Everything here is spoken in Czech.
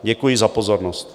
Děkuji za pozornost.